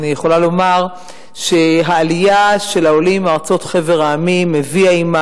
אני יכולה לומר שהעלייה מחבר המדינות הביאה עמה